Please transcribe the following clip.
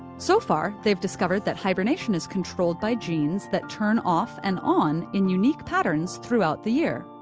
so far, they've discovered that hibernation is controlled by genes that turn off and on in unique patterns throughout the year,